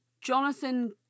Jonathan